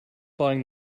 buying